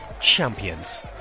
Champions